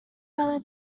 whether